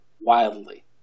wildly